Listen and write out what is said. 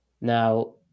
Now